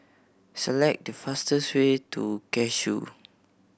select the fastest way to Cashew